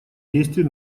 действий